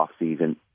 offseason